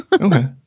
Okay